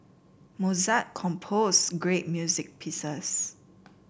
Mozart composed great music pieces